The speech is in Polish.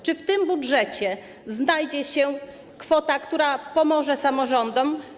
Czy w tym budżecie znajdzie się kwota, która wspomoże samorządy?